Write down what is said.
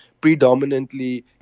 predominantly